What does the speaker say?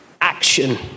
action